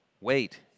wait